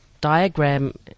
diagram